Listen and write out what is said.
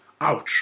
Ouch